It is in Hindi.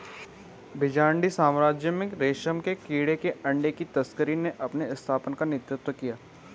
बीजान्टिन साम्राज्य में रेशम के कीड़े के अंडे की तस्करी ने अपनी स्थापना का नेतृत्व किया